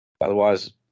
Otherwise